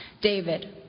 David